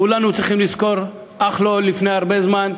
כולנו צריכים לזכור, אך לא לפני הרבה זמן,